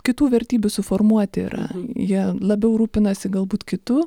kitų vertybių suformuoti yra jie labiau rūpinasi galbūt kitu